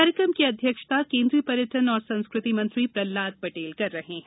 कार्यक्रम की अध्यक्षता केन्द्रीय पर्यटन एवं संस्कृति मंत्री प्रहलाद पटेल कर रहे हैं